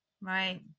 right